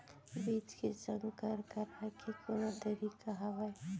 बीज के संकर कराय के कोनो तरीका हावय?